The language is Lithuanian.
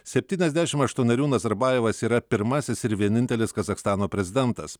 septyniasdešim aštuonerių nazarbajevas yra pirmasis ir vienintelis kazachstano prezidentas